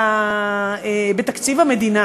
בתקציב המדינה.